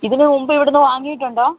ഇതിനുമുൻപ് ഇവിടെ നിന്ന് വാങ്ങിയിട്ടുണ്ടോ